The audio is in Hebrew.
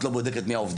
את לא בודקת מי העובדים,